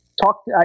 talk